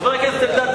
חבר הכנסת אלדד,